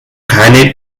keine